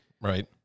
Right